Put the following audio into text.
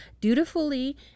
dutifully